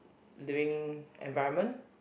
living environment